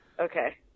Okay